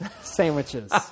sandwiches